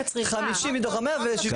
זה 50 מתוך ה-100 ו-75 זה המינימום.